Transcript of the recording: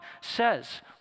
says